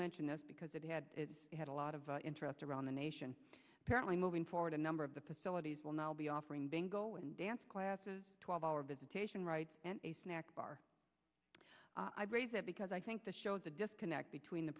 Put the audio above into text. mention this because it had had a lot of interest around the nation apparently moving forward a number of the facilities will now be offering bingo in dance classes twelve hour visitation rights and a snack bar i raise it because i think this shows the disconnect between the